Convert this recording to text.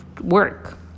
work